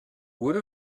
would